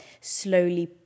slowly